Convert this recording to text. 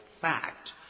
fact